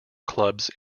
clubs